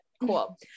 Cool